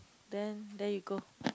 then there you go